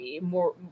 more